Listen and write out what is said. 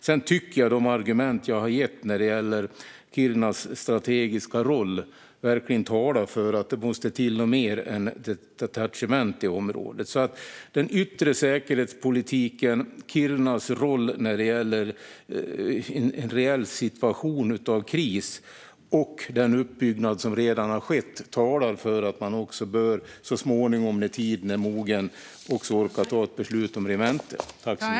Sedan tycker jag att de argument som jag har gett när det gäller Kirunas strategiska roll verkligen talar för att det måste till något mer än ett detachement i området. Den yttre säkerhetspolitiken, Kirunas roll när det gäller en reell situation av kris och den uppbyggnad som redan har skett talar för att man också så småningom när tiden är mogen också bör ta ett beslut om ett regemente.